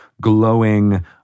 glowing